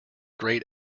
great